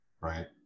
Right